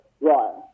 right